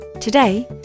Today